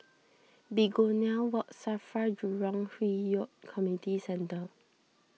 Begonia Walk Safra Jurong Hwi Yoh Community Centre